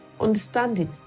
Understanding